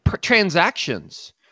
transactions